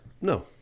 No